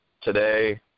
today